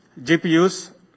GPUs